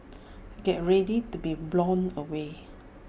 get ready to be blown away